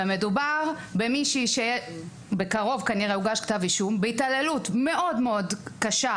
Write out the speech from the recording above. ומדובר בקרוב כנראה יוגש כתב אישום בהתעללות מאוד מאוד קשה,